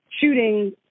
shooting